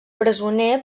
presoner